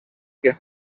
que